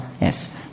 Yes